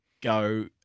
go